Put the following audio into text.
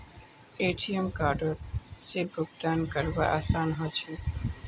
ATM कार्डओत से भुगतान करवार आसान ह छेक